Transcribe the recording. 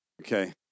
Okay